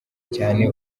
cyane